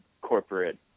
corporate